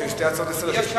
יש לי שתי הצעות לסדר-היום.